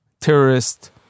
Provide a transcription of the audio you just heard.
terrorist